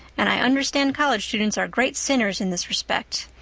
and i understand college students are great sinners in this respect.